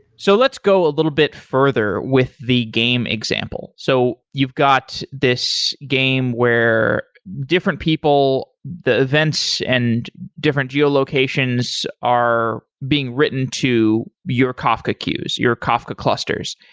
so let's go a little bit further with the game example. so you've got this game where different people, the events and different geo-locations are being written to your kafka queues, your kafka clusters,